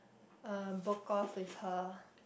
uh broke off with her